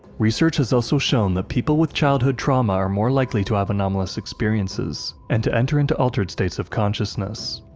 research has also shown that people with childhood trauma are more likely to have anomalous experiences, and to enter into altered states of consciousness.